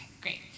great